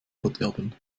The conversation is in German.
verderben